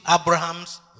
Abraham's